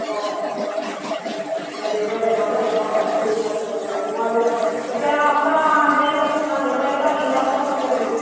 অঁ অঁ দেওবাৰে দেওবাৰে হয়নে অঁ অঁ ঠিক আছে বাৰু মই তেতিয়া আপোনাৰ হেৰি অকল দেওবাৰে দেওবাৰে তিনিটা বজাৰ পৰা পঠিয়াই দিম আৰু